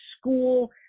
school